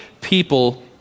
people